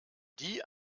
die